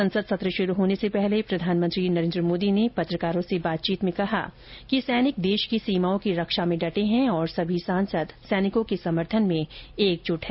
संसद सत्र शुरू होने से पहले प्रधानमंत्री नरेन्द्र मोदी ने पत्रकारों से बातचीत में कहा कि सैनिक देश की सीमाओं की रक्षा में डटे हैं और सभी सांसद सैनिकों के समर्थन में एकजुट हैं